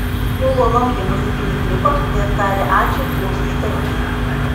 siūlo naują muzikinį klipą ir taria ačiū klausytojams